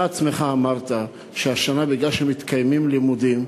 אתה עצמך אמרת שהשנה, בגלל שמתקיימים לימודים,